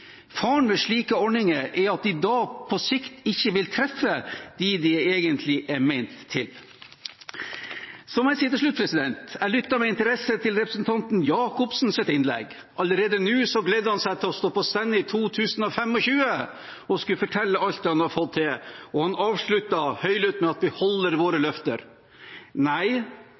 Faren ved slike ordninger er at de på sikt ikke vil treffe dem de egentlig er ment for. Så må jeg si til slutt: Jeg lyttet med interesse til representanten Jacobsens innlegg. Allerede nå gleder han seg til å stå på stand i 2025 og til å skulle fortelle om alt han har fått til, og han avsluttet høylytt med at de holder sine løfter. Nei,